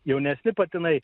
jaunesni patinai